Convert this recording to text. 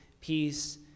peace